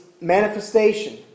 manifestation